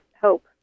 hope